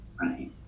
Right